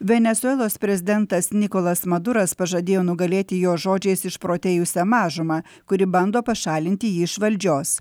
venesuelos prezidentas nikolas maduras pažadėjo nugalėti jo žodžiais išprotėjusią mažumą kuri bando pašalinti jį iš valdžios